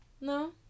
No